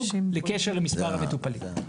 קשר למספר המטופלים.